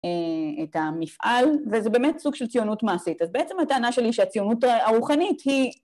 את המפעל, וזה באמת סוג של ציונות מעשית. אז בעצם הטענה שלי שהציונות הרוחנית היא...